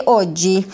oggi